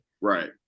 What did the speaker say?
Right